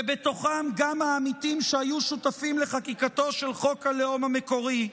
ובתוכם גם העמיתים שהיו שותפים לחקיקתו של חוק הלאום המקורי.